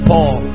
Paul